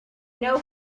know